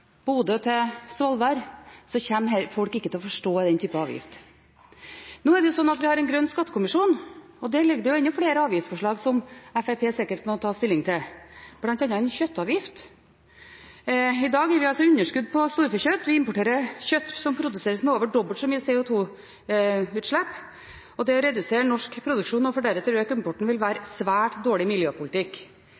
Bodø til Svolvær, kommer ikke folk til å forstå den type avgift. Nå er det slik at vi har Grønn skattekommisjon, og hos den ligger det enda flere avgiftsforslag som Fremskrittspartiet sikkert må ta stilling til, bl.a. en kjøttavgift. I dag har vi altså underskudd på storfekjøtt, vi importerer kjøtt som produseres med over dobbelt så mye CO2-utslipp, og det å redusere norsk produksjon for deretter å øke importen vil være svært dårlig miljøpolitikk.